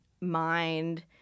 mind